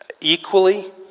equally